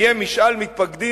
יהיה משאל מתפקדים,